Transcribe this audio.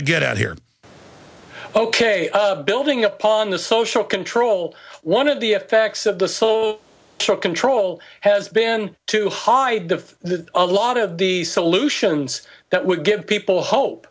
to get out here ok building upon the social control one of the effects of the so called control has been to hide the a lot of the solutions that would give people hope